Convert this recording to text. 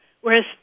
Whereas